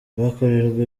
bakorerwa